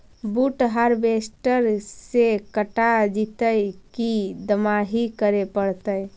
बुट हारबेसटर से कटा जितै कि दमाहि करे पडतै?